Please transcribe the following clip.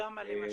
כמה למשל?